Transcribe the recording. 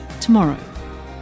tomorrow